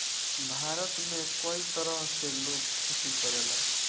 भारत में कई तरह से लोग खेती करेला